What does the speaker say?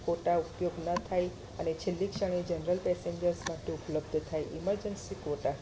ખોટા ઉપયોગ ન થાય અને છેલ્લી ક્ષણે જનરલ પેસેન્જરસ માટે ઉપલબ્ધ થાય ઈમર્જન્સી કોટા